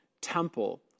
temple